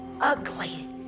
ugly